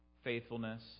faithfulness